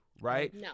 right